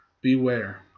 Beware